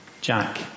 Jack